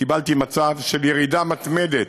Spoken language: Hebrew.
קיבלתי מצב של ירידה מתמדת